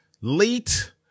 late